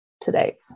today